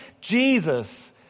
Jesus